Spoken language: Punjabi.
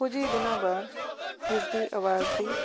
ਕੁਝ ਹੀ ਦਿਨਾਂ ਬਾਅਦ ਇਸਦੀ ਆਵਾਜ਼ ਦੀ